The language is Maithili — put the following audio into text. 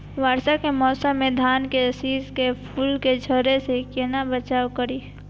वर्षा के मौसम में धान के शिश के फुल के झड़े से केना बचाव करी?